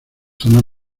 zonas